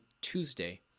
Tuesday